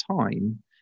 time